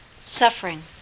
suffering